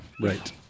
Right